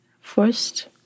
First